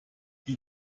die